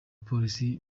polisi